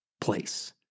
place